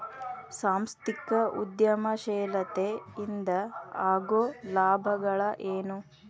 ಸಾಂಸ್ಥಿಕ ಉದ್ಯಮಶೇಲತೆ ಇಂದ ಆಗೋ ಲಾಭಗಳ ಏನು